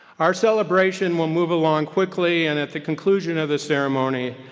our celebration will move along quickly and at the conclusion of the ceremony,